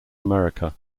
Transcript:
america